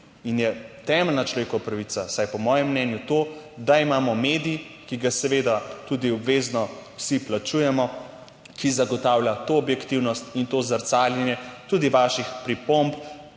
in je temeljna človekova pravica, vsaj po mojem mnenju, to, da imamo medij, ki ga seveda tudi obvezno vsi plačujemo, ki zagotavlja to objektivnost in to zrcaljenje tudi vaših pripomb,